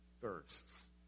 thirsts